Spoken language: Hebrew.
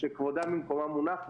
שכבודם במקומם מונח,